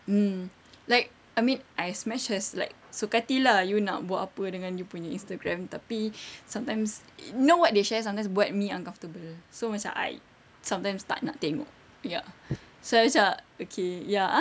mm like I mean as much as like suka hati lah you nak buat apa dengan you punya instagram tapi sometimes know what they share sometimes buat me uncomfortable so macam I sometimes tak nak tengok ya so I macam okay ya ah